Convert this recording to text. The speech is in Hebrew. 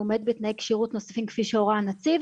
הוא עומד בתנאי כשירות נוספים כפי שהורה הנציב,